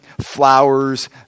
flowers